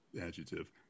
adjective